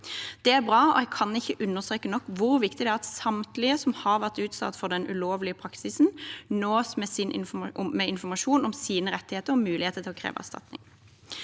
Det er bra. Jeg kan ikke understreke nok hvor viktig det er at samtlige som har vært utsatt for den ulovlige praksisen, nås med informasjon om sine rettigheter og muligheter til å kreve erstatning.